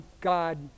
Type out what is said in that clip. God